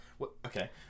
Okay